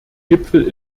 gipfel